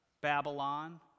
Babylon